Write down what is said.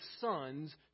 sons